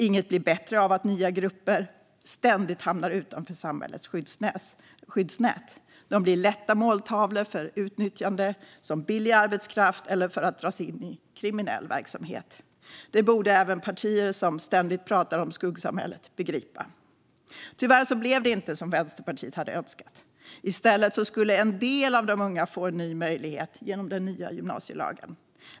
Inget blir bättre av att nya grupper ständigt hamnar utanför samhällets skyddsnät. De blir lätta måltavlor för utnyttjande som billig arbetskraft eller för att dras in i kriminell verksamhet. Detta borde även partier som ständigt pratar om skuggsamhället begripa. Tyvärr blev det inte som Vänsterpartiet hade önskat. I stället skulle en del av de unga få en ny möjlighet genom den nya gymnasielagen.